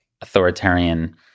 authoritarian